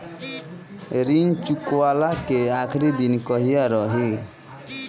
ऋण चुकव्ला के आखिरी दिन कहिया रही?